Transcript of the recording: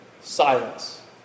silence